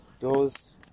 goes